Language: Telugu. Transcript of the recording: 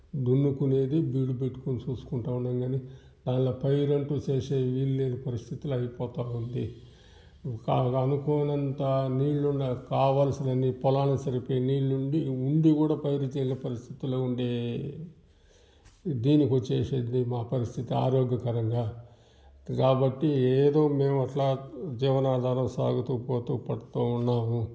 దున్నుకునేది బీడు పెట్టుకొని చూసుకుంటు ఉంటాం కానీ దాని పైరు అంటూ చేసే వీలులేని పరిస్థితులు అయిపోతు ఉంది సాగ అనుకూలంత నీళ్ళు ఉన్నా కావాల్సిన పొలాలకి సరిపోయే నీళ్ళు ఉండి ఉండి కూడా పైరు చేయలేని పరిస్థితిలో ఉండే దీనికి వచ్చేసింది మా పరిస్థితి ఆరోగ్యకరంగా కాబట్టి ఏదో మేము అట్లా జీవనాధారం సాగుతు పోతు పడుతు ఉన్నాను